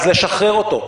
לשחרר אותו.